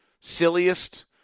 silliest